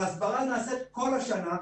ההסברה נעשית כל השנה,